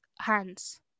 Hands